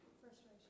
frustration